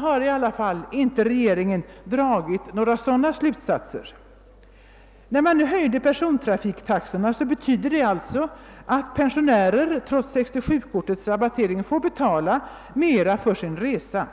har regeringen i alla fall inte dragit några sådana slutsatser. När man nu höjde persontrafiktaxorna, betydde det också att pensionärerna trots 67-kortets rabattering fick betala mera för sin resa.